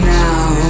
now